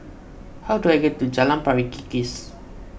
how do I get to Jalan Pari Kikis